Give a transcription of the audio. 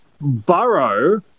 Burrow